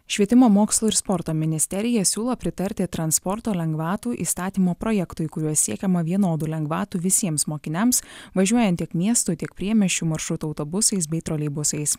švietimo mokslo ir sporto ministerija siūlo pritarti transporto lengvatų įstatymo projektui kuriuo siekiama vienodų lengvatų visiems mokiniams važiuojant tiek miestų tiek priemiesčių maršrutų autobusais bei troleibusais